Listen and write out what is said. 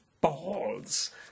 balls